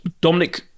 Dominic